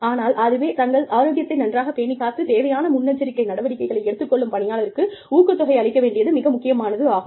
ஆனால் அதுவே தங்கள் ஆரோக்கியத்தை நன்றாக பேணி காத்து தேவையான முன்னெச்சரிக்கை நடவடிக்கைகளை எடுத்துக் கொள்ளும் பணியாளர்களுக்கு ஊக்கத்தொகை அளிக்க வேண்டியது மிக முக்கியமானதாகும்